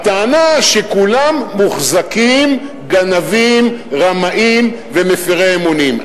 הטענה שכולם מוחזקים גנבים, רמאים ומפירי אמונים.